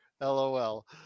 Lol